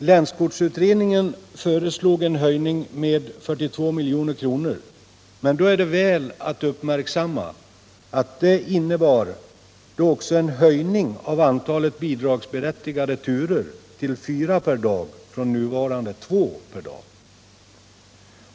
Länskortsutredningen föreslog en höjning med 42 milj.kr. men då är att märka att detta också innebar en höjning av antalet bidragsberättigade turer till fyra per dag, från nuvarande två per dag.